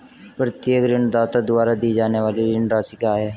प्रत्येक ऋणदाता द्वारा दी जाने वाली ऋण राशि क्या है?